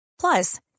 Plus